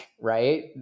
right